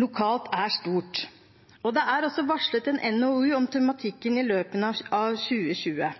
lokalt er stort. Det er også varslet en NOU om tematikken i løpet av 2020.